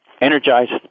energized